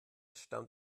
stammt